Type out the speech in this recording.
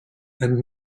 and